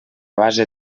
base